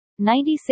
96